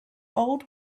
old